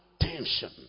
attention